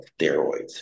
steroids